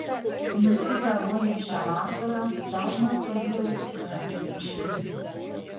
nustipę ruoniai šią vasarą dažnas pajūrio pakrančių reiškinys